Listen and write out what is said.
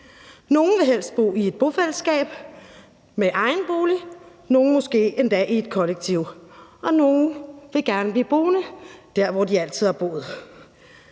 Nogle vil helst bo i et bofællesskab med egen bolig, nogle måske endda i et kollektiv, og nogle vil gerne blive boende der, hvor de altid har boet.